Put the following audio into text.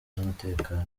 z’umutekano